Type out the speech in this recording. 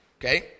okay